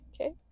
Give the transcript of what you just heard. okay